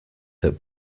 that